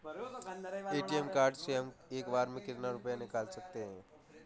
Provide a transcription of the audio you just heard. ATM card से हम एक बार में कितना रुपया निकाल सकते हैं?